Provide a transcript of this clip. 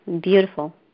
Beautiful